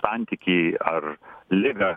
santykį ar ligą